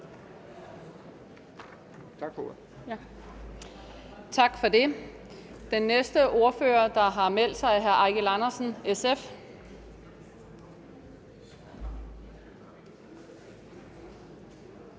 Tak for det. Den næste ordfører, der har meldt sig, er hr. Eigil Andersen, SF.